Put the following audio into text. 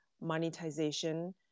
monetization